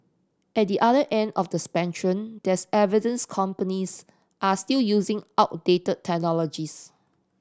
at the other end of the spectrum there's evidence companies are still using outdate technologies